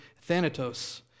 Thanatos